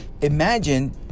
Imagine